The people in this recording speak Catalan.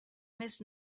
més